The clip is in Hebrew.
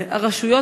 ראשונה.